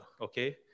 Okay